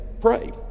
pray